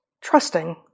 trusting